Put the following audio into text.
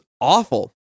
awful